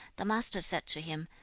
the master said to him,